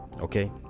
Okay